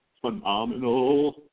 phenomenal